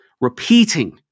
Repeating